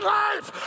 life